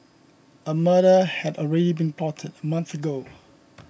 a murder had already been plotted a month ago